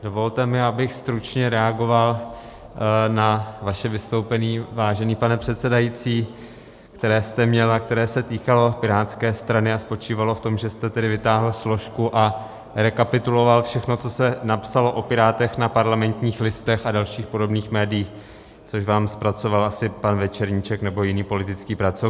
Dovolte mi, abych stručně reagoval na vaše vystoupení, vážený pane předsedající, které jste měl a které se týkalo Pirátské strany a spočívalo v tom, že jste tedy vytáhl složku a rekapituloval všechno, co se napsalo o Pirátech na Parlamentních listech a dalších podobných médiích, což vám zpracoval asi pan Večerníček nebo jiný politický pracovník.